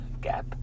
gap